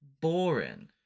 Boring